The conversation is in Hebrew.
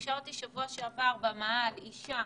פגשה אותי בשבוע שעבר במאהל אישה